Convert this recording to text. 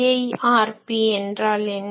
EIRP என்றால் என்ன